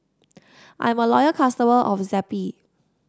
I'm a loyal customer of Zappy